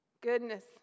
Goodness